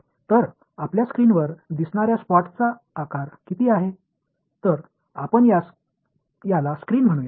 तर आपल्या स्क्रीनवर दिसणार्या स्पॉटचा आकार किती आहे तर आपण याला स्क्रीन म्हणूया